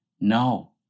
No